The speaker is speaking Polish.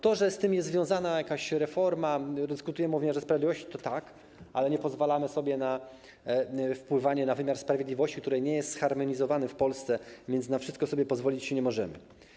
To, że z tym jest związana jakaś reforma, że dyskutujemy o wymiarze sprawiedliwości, to tak, ale nie pozwalamy sobie na wpływanie na wymiar sprawiedliwości, który nie jest zharmonizowany w Polsce, więc na wszystko sobie pozwolić nie możemy.